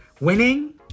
Winning